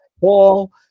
Paul